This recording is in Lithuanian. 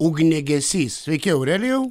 ugniagesys sveiki aurelijau